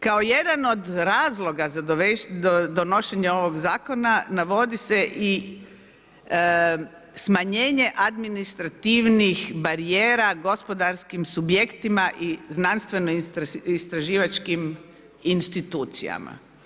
Kao jedan od razloga za donošenje ovog zakona navodi se i smanjenje administrativnih barijera gospodarskim subjektima i znanstveno istraživačkim institucijama.